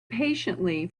patiently